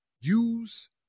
Use